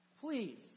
please